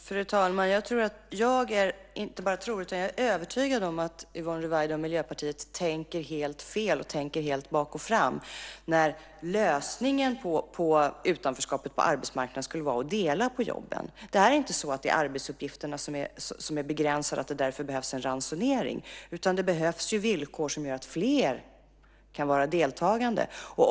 Fru talman! Jag är övertygad om att Yvonne Ruwaida och Miljöpartiet tänker helt fel och helt bakochfram när de säger att lösningen på utanförskapet på arbetsmarknaden skulle vara att dela på jobben. Det är inte så att arbetsuppgifterna är begränsade och att det därför behövs en ransonering. Det behövs villkor som gör att fler kan vara deltagande.